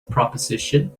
proposition